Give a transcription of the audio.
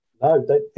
No